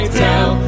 tell